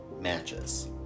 matches